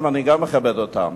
וגם אני מכבד אותם.